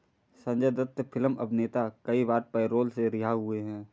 Sanjay Dutt film अभिनेता कई बार पैरोल से रिहा हुए हैं